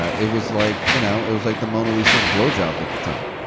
it was like, you know, it was like the mona lisa of blowjobs at the time.